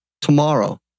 tomorrow